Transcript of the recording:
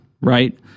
right